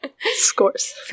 Scores